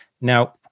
Now